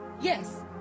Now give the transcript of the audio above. Yes